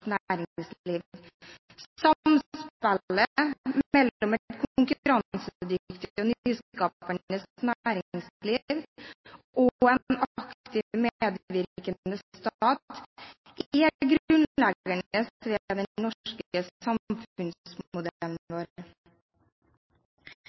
et konkurransedyktig og nyskapende næringsliv og en aktiv, medvirkende stat er grunnleggende ved den